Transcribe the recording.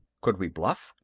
could we bluff?